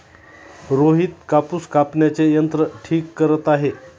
रोहित कापूस कापण्याचे यंत्र ठीक करत आहे